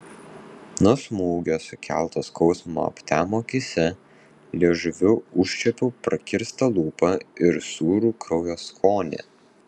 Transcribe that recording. nuo smūgio sukelto skausmo aptemo akyse liežuviu užčiuopiau prakirstą lūpą ir sūrų kraujo skonį